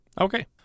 Okay